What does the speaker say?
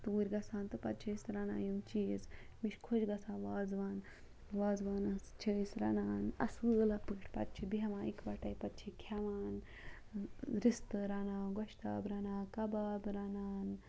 توٗرۍ گژھان تہٕ پَتہٕ چھِ أسۍ رَنان یِم چیٖز مےٚ چھِ خۄش گژھان وازوان وازوانَس چھِ أسۍ رَنان اَصٕل پٲٹھۍ پَتہٕ چھِ بیٚہوان یِکوَٹَے پَتہٕ چھِ کھٮ۪وان رِستہٕ رَنان گۄشتاب رَنان کَباب رَنان